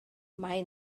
mae